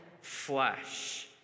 flesh